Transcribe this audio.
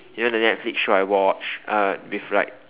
you know the Netflix show I watch uh with like